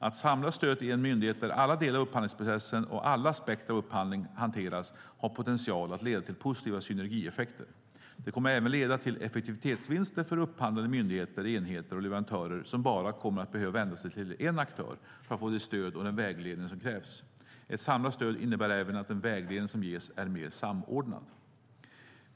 Att samla stödet i en myndighet där alla delar av upphandlingsprocessen och alla aspekter av upphandling hanteras har potential att leda till positiva synergieffekter. Det kommer även att leda till effektivitetsvinster för upphandlande myndigheter, enheter och leverantörer, som kommer att behöva vända sig till bara en aktör för att få det stöd och den vägledning som behövs. Ett samlat stöd innebär även att den vägledning som ges är mer samordnad.